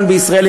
כאן בישראל,